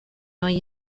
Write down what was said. hoy